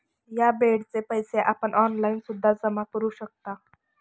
या बेडचे पैसे आपण ऑनलाईन सुद्धा जमा करू शकता